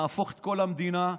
נהפוך את כל המדינה,